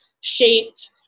shaped